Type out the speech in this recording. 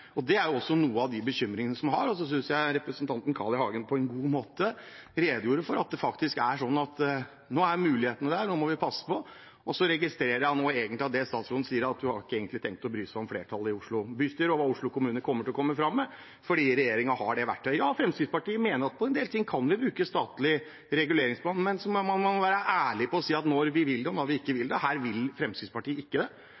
Det er også en bekymring en har. Jeg synes representanten Carl I. Hagen på en god måte redegjorde for at nå er mulighetene der, nå må vi passe på. Jeg registrerer at det statsråden sier, er at hun egentlig ikke har tenkt å bry seg om hva flertallet i Oslo bystyre og Oslo kommune kommer fram med, fordi regjeringen har det verktøyet. Fremskrittspartiet mener at på en del ting kan vi bruke statlig reguleringsplan, men så må man være ærlig og si når man vil det, og når man ikke vil det. Her vil Fremskrittspartiet ikke det. Jeg registrerer at vi har en helseminister som vil det og kommer til å gjøre det,